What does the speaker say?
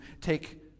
take